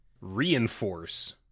reinforce